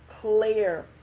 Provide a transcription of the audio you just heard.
clear